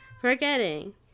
forgetting